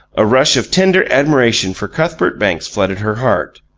a rush of tender admiration for cuthbert banks flooded her heart.